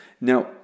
Now